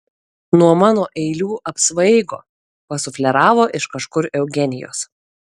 nuo mano eilių apsvaigo pasufleravo iš kažkur eugenijus